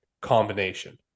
combination